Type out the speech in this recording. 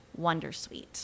Wondersuite